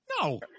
No